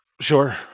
Sure